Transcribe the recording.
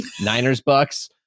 Niners-Bucks